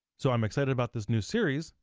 so i'm excited about this new series.